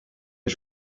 est